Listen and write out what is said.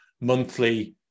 monthly